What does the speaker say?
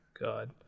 god